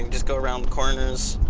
um just go around corners,